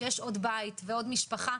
כשיש עוד בית ועוד משפחה,